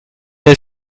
est